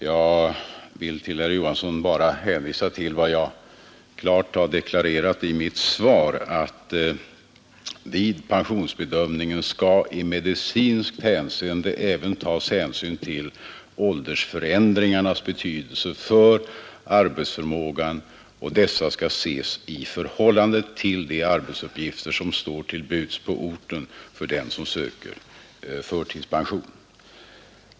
Jag vill bara hänvisa herr Johansson i Jönköping till vad jag klart har deklarerat i mitt svar, att vid pensionsbedömningen skall i medicinskt hänseende även tas hänsyn till åldersförändringarnas betydelse för arbetsförmågan, och dessa skall ses i förhållande till de arbetsuppgifter som står till buds på orten för den som söker förtidspension.